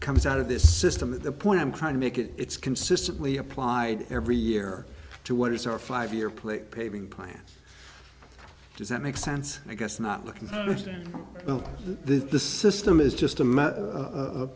comes out of this system that the point i'm trying to make it it's consistently applied every year to what is our five year plate paving plan does that make sense i guess not looking to the system is just a